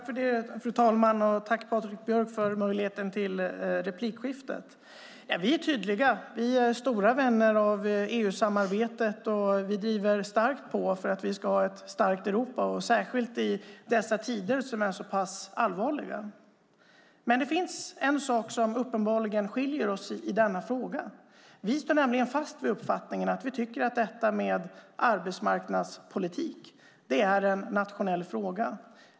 Fru talman! Tack för möjligheten till ett replikskifte, Patrik Björck! Vi är tydliga. Vi är stora vänner av EU-samarbetet. Vi driver starkt på för att vi ska ha ett starkt Europa, och särskilt i dessa allvarliga tider. Men det finns en sak som uppenbarligen skiljer oss i denna fråga. Vi står nämligen fast vid uppfattningen att arbetsmarknadspolitik är en nationell fråga.